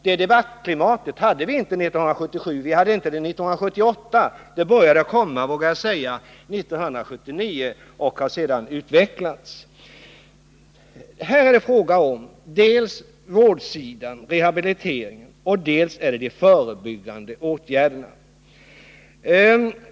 Det debattklimatet hade vi inte 1977 eller 1978, utan det började komma — vågar jag säga — år 1979 och har sedan utvecklats. Vad det främst handlar om är rehabilitering och förebyggande åtgärder.